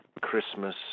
Christmas